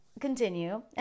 continue